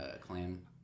clan